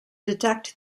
detect